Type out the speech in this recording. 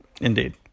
Indeed